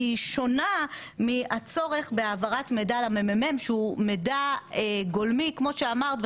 שונה מהצורך בהעברת מידע למ.מ.מ שהוא מידע גולמי כמו שאמרת,